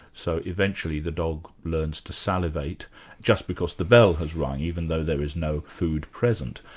so eventually the dog learns to salivate just because the bell has rung, even though there is no food present.